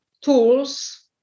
tools